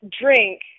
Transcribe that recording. drink